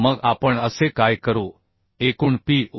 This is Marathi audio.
तर मग आपण असे काय करू एकूण pu